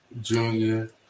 junior